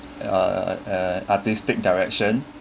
uh uh artistic direction